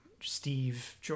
steve